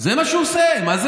הוא לא מציע להתחיל במרכז.